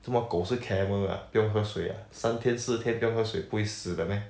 着么狗是 camel ah 不用喝水 ah 三天四天不用喝水不会死的 meh